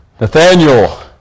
Nathaniel